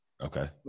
Okay